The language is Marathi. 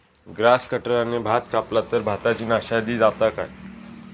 ग्रास कटराने भात कपला तर भाताची नाशादी जाता काय?